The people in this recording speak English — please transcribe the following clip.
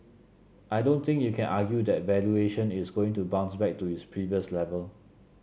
I don't think you can argue that valuation is going to bounce back to its previous level